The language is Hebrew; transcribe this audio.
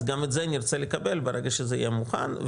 אז גם את זה נרצה לקבל ברגע שיהיה מוכן.